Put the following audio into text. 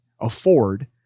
afford